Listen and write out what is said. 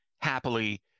happily